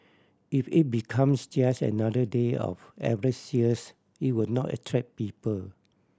if it becomes just another day of average sales it will not attract people